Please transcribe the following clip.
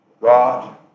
God